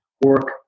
work